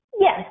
Yes